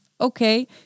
Okay